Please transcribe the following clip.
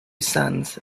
sons